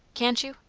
can't you?